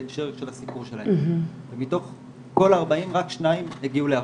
בהקשר של הסיפור שלהם ומתוך כל ה-40 רק 2 הגיעו להרשעה.